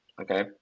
okay